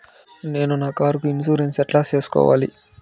నేను నా కారుకు ఇన్సూరెన్సు ఎట్లా సేసుకోవాలి